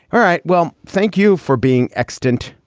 all right. well, thank you for being excellent.